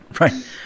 Right